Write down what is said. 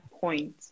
point